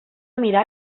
mirar